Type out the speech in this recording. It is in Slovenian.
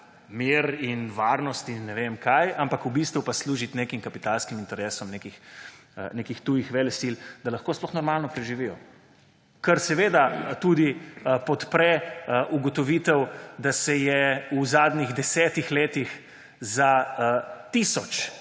mir in varnost in ne vem kaj. Ampak v bistvu pa služiti nekim kapitalskim interesom nekih tujih velesil, da lahko sploh normalno preživijo, kar seveda tudi podpre ugotovitev, da se je v zadnjih desetih letih za tisoč